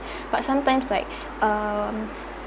but sometimes like um